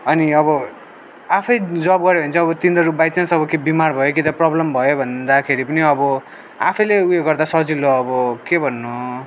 अनि अब आफै जब गऱ्यो भने चाहिँ अब तिनीहरू बाइ चान्स अब बिमार भयो कि त प्रब्लम भयो भन्दाखेरि पनि अब आफैले उयो गर्दा सजिलो अब के भन्नु